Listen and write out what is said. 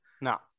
No